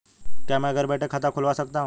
क्या मैं घर बैठे खाता खुलवा सकता हूँ?